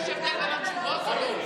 אתה מבין שיש הבדל בין התשובות או לא?